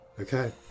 Okay